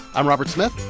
i'm robert smith.